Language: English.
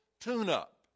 tune-up